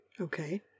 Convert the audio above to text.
okay